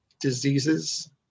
diseases